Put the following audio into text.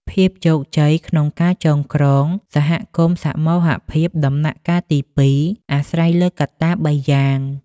ភាពជោគជ័យក្នុងការចងក្រងសហគមន៍សមូហភាពដំណាក់កាលទី២ អាស្រ័យលើកត្តា ៣ យ៉ាង។